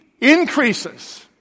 increases